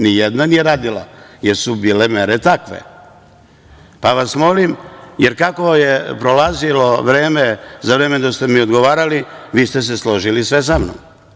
Ni jedna nije radila, jer su bile mere takve, pa vas molim, jer kako je prolazilo vreme za vreme dok ste mi odgovarali, vi ste se složili sve sa mnom.